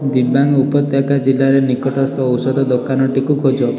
ଦିବାଙ୍ଗ୍ ଉପତ୍ୟକା ଜିଲ୍ଲାରେ ନିକଟସ୍ଥ ଔଷଧ ଦୋକାନଟିକୁ ଖୋଜ